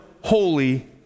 holy